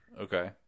Okay